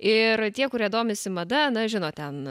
ir tie kurie domisi mada na žino ten